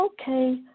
okay